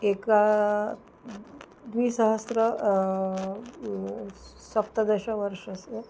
एकं द्विसहस्रं सप्तदशवर्षस्य